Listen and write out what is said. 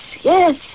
yes